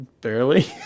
Barely